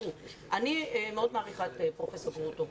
אני מאוד מעריכה את פרופסור גרוטו.